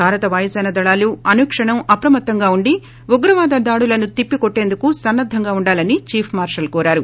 భారత వాయుసేన దళాలు అనుక్షణం అప్రమత్తంగా వుండి ఉగ్రవాద దాడులను తిప్పికోట్లేందుకు సన్న ద్రంగా ఉండాలని చీఫ్ మార్షల్ కోరారు